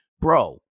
bro